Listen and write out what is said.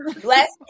Bless